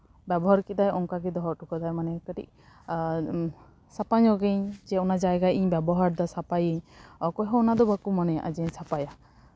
ᱵᱮᱵᱚᱦᱟᱨ ᱠᱮᱫᱟᱭ ᱚᱱᱠᱟᱜᱮ ᱫᱚᱦᱚ ᱦᱚᱴᱚ ᱠᱟᱫᱟᱭ ᱢᱟᱱᱮ ᱠᱟᱹᱴᱤᱡ ᱥᱟᱯᱷᱟ ᱧᱚᱜ ᱟᱹᱧ ᱡᱮ ᱚᱱᱟ ᱡᱟᱭᱜᱟ ᱤᱧ ᱵᱮᱵᱚᱦᱟᱨᱫᱟ ᱥᱟᱯᱷᱟᱭᱟᱹᱧ ᱚᱠᱚᱭᱦᱚᱸ ᱚᱱᱟ ᱫᱚ ᱵᱟᱠᱚ ᱢᱚᱱᱮᱭᱟᱜᱼᱟ ᱡᱮᱧ ᱥᱟᱯᱷᱟᱭᱟ